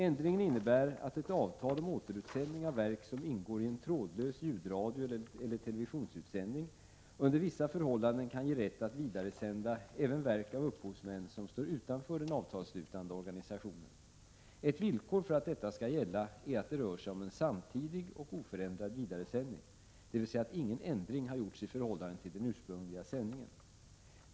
Ändringen innebär att ett avtal om återutsändning av verk som ingår i en trådlös ljudradioeller televisionsutsändning under vissa förhållanden kan ge rätt att vidaresända även verk av upphovsmän som står utanför den avtalsslutande organisationen. Ett villkor för att detta skall gälla är att det rör sig om en samtidig och oförändrad vidaresändning, dvs. att ingen ändring har gjorts i förhållande till den ursprungliga sändningen.